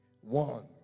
one